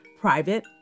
private